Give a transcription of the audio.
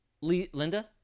Linda